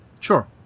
Sure